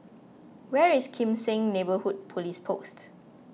where is Kim Seng Neighbourhood Police Post